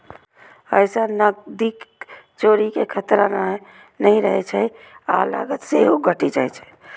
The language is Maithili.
अय सं नकदीक चोरी के खतरा नहि रहै छै आ लागत सेहो घटि जाइ छै